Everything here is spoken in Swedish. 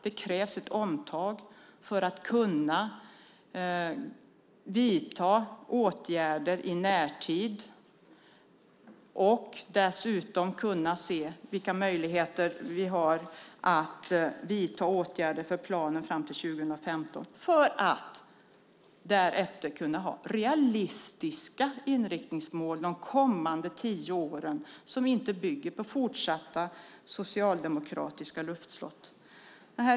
Det krävs ett omtag för att kunna vidta åtgärder i närtid och för att kunna se vilka möjligheter vi har att vidta åtgärder för planen fram till 2015, så att vi därefter ska kunna ha realistiska inriktningsmål de kommande tio åren som inte bygger på fortsatta socialdemokratiska luftslott.